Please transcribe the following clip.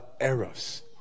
Eros